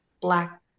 Black